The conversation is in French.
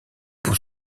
pour